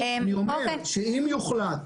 אם יוחלט,